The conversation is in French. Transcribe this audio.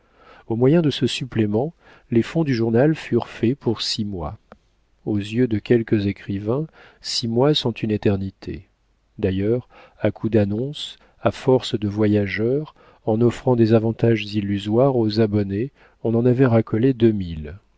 au moyen de ce supplément les fonds du journal furent faits pour six mois aux yeux de quelques écrivains six mois sont une éternité d'ailleurs à coups d'annonces à force de voyageurs en offrant des avantages illusoires aux abonnés on en avait racolé